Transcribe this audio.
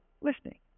listening